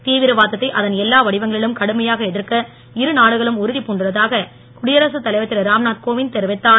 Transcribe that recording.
தீவிரவாததை அதன் எல்லா வடிவங்களிலும் கடுமையாக எதிர்க்க இருநாடுகளும் உறுதிப் புண்டுள்ளதாக குடியரசு தலைவர் திரு ராம்நாத் கோவிந்த் தெரிவித்தார்